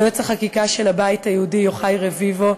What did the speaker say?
ליועץ החקיקה של הבית היהודי יוחאי רביבו,